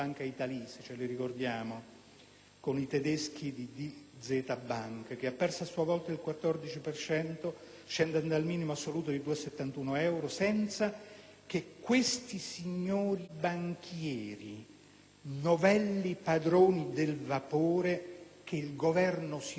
con i tedeschi di Dz Bank, che ha perso a sua volta il 14 per cento scendendo al minimo assoluto di 2,71 euro. Tutto ciò senza che questi signori banchieri, novelli padroni del vapore che il Governo si ostina a voler salvare,